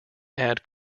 add